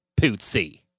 pootsie